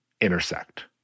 intersect